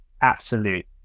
absolute